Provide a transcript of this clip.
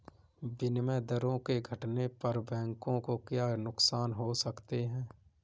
विनिमय दरों के घटने पर बैंकों को क्या नुकसान हो सकते हैं?